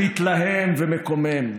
מתלהם ומקומם.